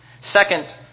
Second